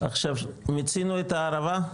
עכשיו מיצינו את הערבה,